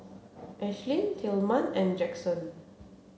Ashlynn Tilman and Jaxson